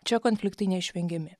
čia konfliktai neišvengiami